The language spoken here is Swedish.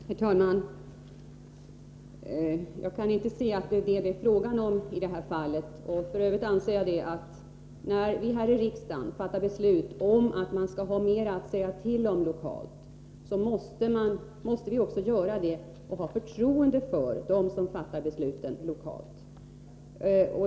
Herr talman! Jag kan inte se att det är detta som det handlar om. F. ö. anser jag att när vi i riksdagen fattar beslut om att man skall ha mer att säga till om lokalt, måste vi också visa förtroende för dem som fattar besluten lokalt.